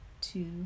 two